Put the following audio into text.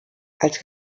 als